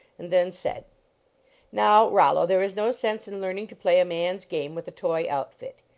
and then said now, rollo, there is no sense in learning to play a man s game with a toy outfit.